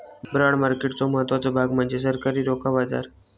bond मार्केटचो महत्त्वाचो भाग म्हणजे सरकारी रोखा बाजार